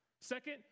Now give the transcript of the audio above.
Second